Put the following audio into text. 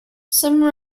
some